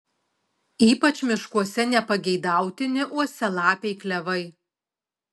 ypač miškuose nepageidautini uosialapiai klevai